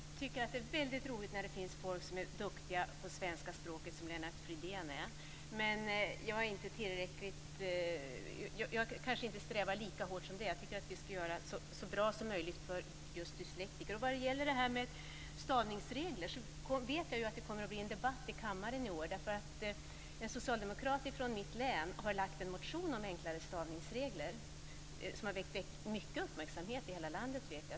Fru talman! Jag tycker att det är väldigt roligt när det finns folk som är duktiga på svenska språket, som Lennart Fridén är, men jag kanske inte strävar lika hårt. Jag tycker att vi ska göra det så bra som möjligt för dyslektiker. Vad gäller stavningsreglerna vet jag att det kommer att bli en debatt om dem i kammaren i år, därför att en socialdemokrat från mitt län har lagt fram en motion om enklare stavningsregler som jag vet har väckt mycket uppmärksamhet i hela landet.